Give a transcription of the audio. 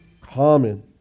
common